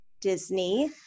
Disney